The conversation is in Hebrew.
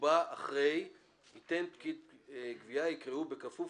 (ד אחרי "יתן פקיד גבייה" יקראו "בכפוף